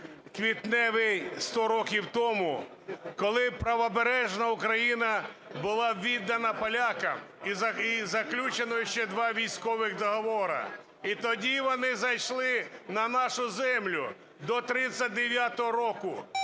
квітневий, 100 років тому, коли Правобережна Україна була віддана полякам, і заключено ще два військові договори. І тоді вони зайшли на нашу землю, до 39-го